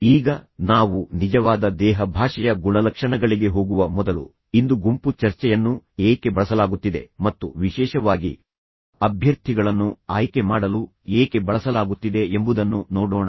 ಈಗ ನಾವು ನಿಜವಾದ ದೇಹ ಭಾಷೆಯ ಗುಣಲಕ್ಷಣಗಳಿಗೆ ಹೋಗುವ ಮೊದಲು ಇಂದು ಗುಂಪು ಚರ್ಚೆಯನ್ನು ಏಕೆ ಬಳಸಲಾಗುತ್ತಿದೆ ಮತ್ತು ವಿಶೇಷವಾಗಿ ಅಭ್ಯರ್ಥಿಗಳನ್ನು ಆಯ್ಕೆ ಮಾಡಲು ಏಕೆ ಬಳಸಲಾಗುತ್ತಿದೆ ಎಂಬುದನ್ನು ನೋಡೋಣ